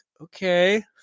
okay